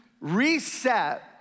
reset